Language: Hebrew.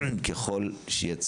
ככל שיהיה צורך,